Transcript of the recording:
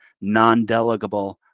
non-delegable